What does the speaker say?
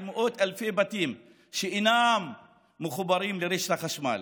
מאות אלפי בתים שאינם מחוברים לרשת החשמל,